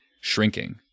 shrinking